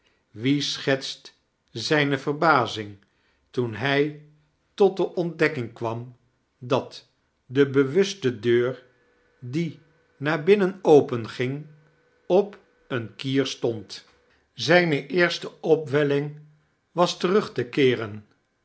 wie schetst zijne verbazing toen hij tot de ontdekking kwam dat de bewuste deur charles dickens die naar binnen openging op eene kier stond zijne eerste opwelling was terug te keeren